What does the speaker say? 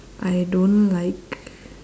I don't like